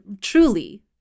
truly